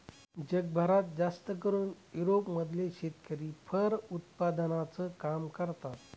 जगभरात जास्तकरून युरोप मधले शेतकरी फर उत्पादनाचं काम करतात